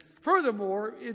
Furthermore